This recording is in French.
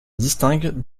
distingue